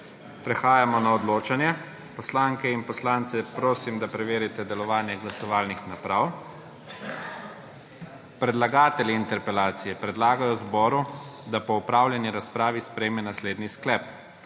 Prehajamo na odločanje. Poslanke in poslance prosim, da preverite delovanje glasovalnih naprav. Predlagatelji interpelacije predlagajo zboru, da po opravljeni razpravi sprejme naslednji sklep: